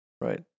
right